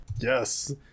Yes